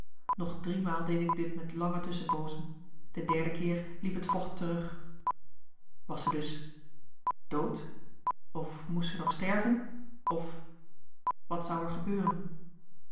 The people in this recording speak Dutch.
nog driemaal deed ik dit met lange tusschenpoozen de derde keer liep het vocht terug was ze dus dood of moest ze nog sterven of wat zou er gebeuren